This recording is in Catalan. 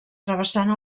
travessant